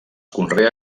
conrea